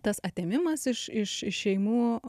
tas atėmimas iš iš iš šeimų